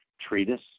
treatise